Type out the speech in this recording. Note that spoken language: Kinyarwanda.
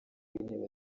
w’intebe